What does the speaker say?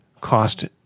cost